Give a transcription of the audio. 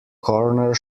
corner